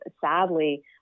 sadly